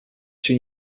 się